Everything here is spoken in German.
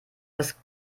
das